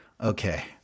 okay